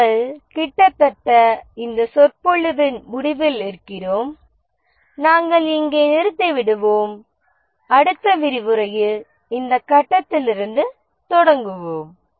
நாம் கிட்டத்தட்ட இந்த சொற்பொழிவின் முடிவில் இருக்கிறோம் நாம் இங்கே நிறுத்திவிடுவோம் அடுத்த விரிவுரையில் இந்த கட்டத்தில் இருந்து தொடருவோம்